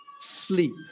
sleep